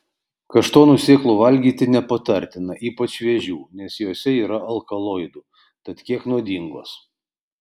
kaštonų sėklų valgyti nepatartina ypač šviežių nes jose yra alkaloidų tad kiek nuodingos